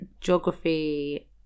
...geography